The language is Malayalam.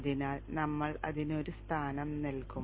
അതിനാൽ നമ്മൾ അതിന് ഒരു സ്ഥാനം നൽകും